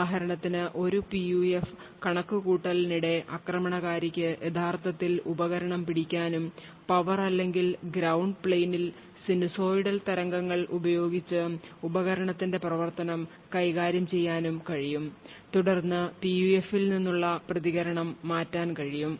ഉദാഹരണത്തിന് ഒരു പിയുഎഫ് കണക്കുകൂട്ടലിനിടെ ആക്രമണകാരിക്ക് യഥാർത്ഥത്തിൽ ഉപകരണം പിടിക്കാനും പവർ അല്ലെങ്കിൽ ground പ്ലെയിനിൽ സിനുസോയ്ഡൽ തരംഗങ്ങൾ ഉപയോഗിച്ചു ഉപകരണത്തിന്റെ പ്രവർത്തനം കൈകാര്യം ചെയ്യാനും കഴിയും തുടർന്ന് പിയുഎഫിൽ നിന്നുള്ള പ്രതികരണം മാറ്റാൻ കഴിയും